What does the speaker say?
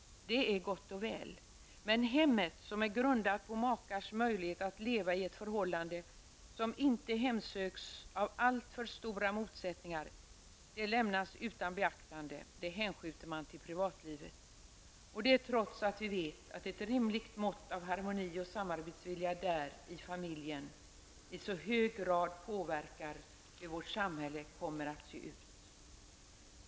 Det är gott och väl. Men hemmet, som är grundat på makars möjlighet att leva i ett förhållande som inte hemsöks av alltför stora motsättningar, lämnas utan beaktande. Det hänskjuter man till privatlivet, trots att vi vet att ett rimligt mått av harmoni och samarbetsvilja i familjen i så hög grad påverkar hur vårt samhälle kommer att se ut.